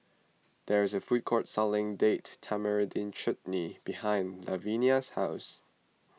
there is a food court selling Date Tamarind Chutney behind Lavenia's house